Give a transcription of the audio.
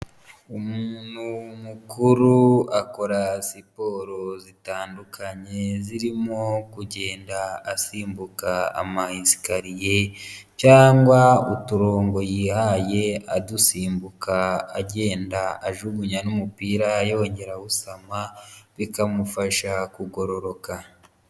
Umuntu mukuru akora siporo zitandukanye zirimo kugenda asimbuka amayesikariye cyangwa uturongo yihaye adusimbuka, agenda ajugunya n'umupira yongera awusama bikamufasha kugororoka.